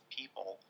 people